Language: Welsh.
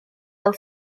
fel